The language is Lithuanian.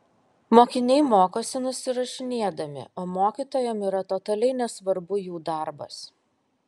mokiniai mokosi nusirašinėdami o mokytojam yra totaliai nesvarbu jų darbas